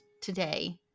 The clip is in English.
today